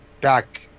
back